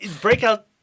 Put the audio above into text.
breakout